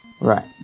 Right